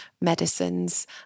Medicines